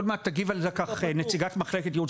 עוד מעט תגיב על כך נציגת מחלקת ייעוץ